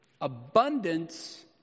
abundance